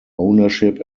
ownership